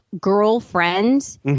girlfriends